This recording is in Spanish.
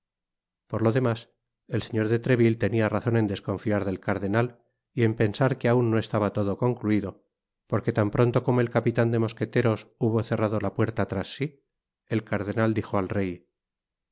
por lo demás el señor de treville tenia razon en desconfiar del cardenal y en pensar que aun no estaba todo concluido porque tan pronto como el capitan de mosqueteros hubo cerrado la puerta tras si el cardenal dijo al